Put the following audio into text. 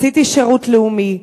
"עשיתי שירות לאומי,